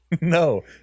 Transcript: No